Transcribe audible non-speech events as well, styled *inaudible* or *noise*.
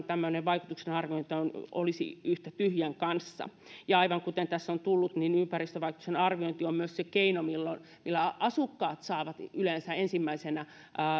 *unintelligible* tämmöinen vaikutuksenarviointi olisi yhtä tyhjän kanssa ja aivan kuten tässä on tullut esille ympäristövaikutusten arviointi on myös se keino millä millä asukkaat saavat yleensä ensimmäisenä